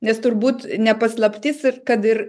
nes turbūt ne paslaptis ir kad ir